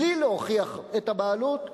בלי להוכיח את הבעלות,